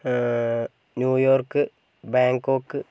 New York Bangkok